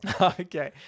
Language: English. Okay